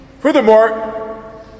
Furthermore